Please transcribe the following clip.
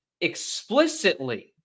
explicitly